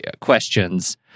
questions